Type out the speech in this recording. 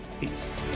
peace